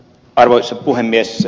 arvoisa puhemies